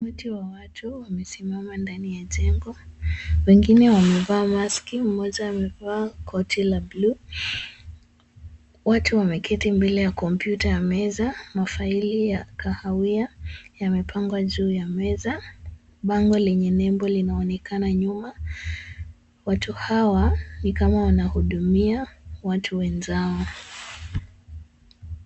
Umati wa watu wamesimama ndani ya jengo. Wengine wamevaa maski . Mmoja amevaa koti la buluu. Watu wameketi mbele ya kompyuta ya meza. Mafaili ya kahawia yamepangwa juu ya meza. Bango lenye nembo linaonekana nyuma. Watu hawa ni kama wanahudumia watu wenzao.